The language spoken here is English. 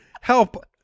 help